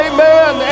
Amen